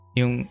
yung